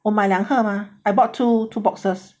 我买两盒 mah I bought two two boxes